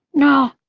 no,